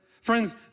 Friends